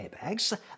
airbags